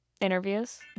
interviews